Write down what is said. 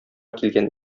килгән